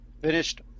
finished